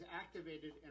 activated